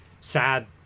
sad